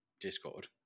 discord